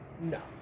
No